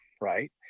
right